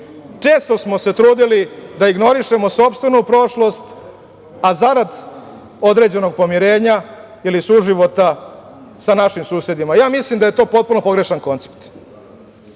način. Često smo se trudili da ignorišemo sopstvenu prošlost, a zarad određenog pomirenja ili suživota sa našim susedima. Ja mislim da je to potpuno pogrešan koncept. Nijedan